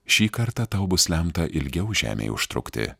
šį kartą tau bus lemta ilgiau žemėje užtrukti